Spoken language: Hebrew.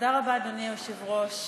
תודה רבה, אדוני היושב-ראש.